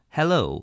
Hello